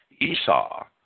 Esau